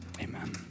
amen